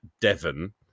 Devon